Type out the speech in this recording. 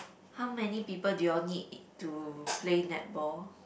how many people do you'll need to play netball